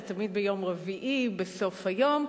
זה תמיד ביום רביעי בסוף היום,